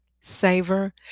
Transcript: savor